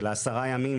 של ה-10 ימים,